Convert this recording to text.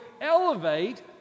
elevate